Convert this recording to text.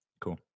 Cool